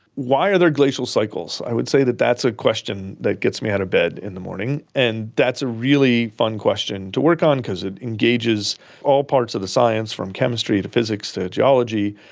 why are there glacial cycles? i would say that that's a question that gets me out of bed in the morning, and that's a really fun question to work on because it engages all parts of the science, from chemistry to physics to geology,